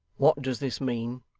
what does this mean?